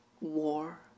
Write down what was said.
war